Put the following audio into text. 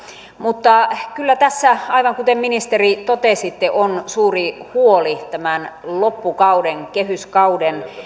mutta kyllä tässä aivan kuten ministeri totesitte on suuri huoli tämän loppukauden kehyskauden